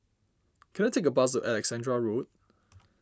can I take a bus to Alexandra Road